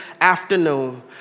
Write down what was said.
afternoon